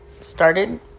started